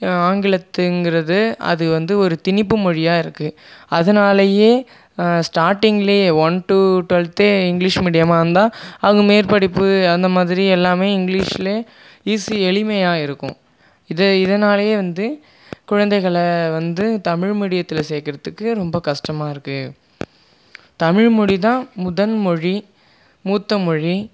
ஆங்கிலத்துங்கிறது அது வந்து ஒரு திணிப்பு மொழியாக இருக்குது அதனாலேயே ஸ்டார்டிங்லியே ஒன் டூ டுவெல்த்தே இங்கிலிஷ் மீடியமாக இருந்தால் அவங்க மேற்படிப்பு அந்த மாதிரி எல்லாமே இங்கிலிஷ்லே ஈஸி எளிமையா இருக்கும் இதே இதனாலேயே வந்து குழைந்தைகளை வந்து தமிழ் மீடியத்தில் சேர்க்கறத்துக்கு ரொம்ப கஷ்டமாக இருக்கும் தமிழ் மொழி தான் முதன் மொழி மூத்த மொழி